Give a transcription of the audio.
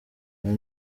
hari